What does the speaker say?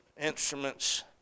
instruments